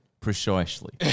precisely